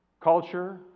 culture